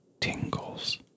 tingles